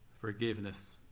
forgiveness